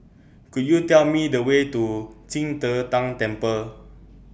Could YOU Tell Me The Way to Qing De Tang Temple